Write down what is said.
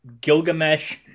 Gilgamesh